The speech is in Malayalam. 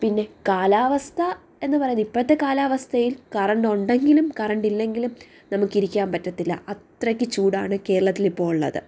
പിന്നെ കാലാവസ്ഥ എന്ന് പറയുന്നത് ഇപ്പോഴത്തെ കാലാവസ്ഥയിൽ കറണ്ട് ഉണ്ടെങ്കിലും കറണ്ട് ഇല്ലങ്കിലും നമുക്ക് ഇരിക്കാൻ പറ്റത്തില്ല അത്രയ്ക്ക് ചൂടാണ് കേരളത്തിലിപ്പോൾ ഉള്ളത്